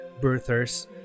birthers